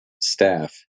staff